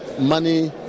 money